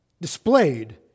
displayed